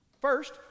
First